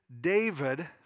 David